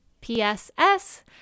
PSS